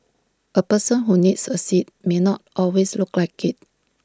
A person who needs A seat may not always look like IT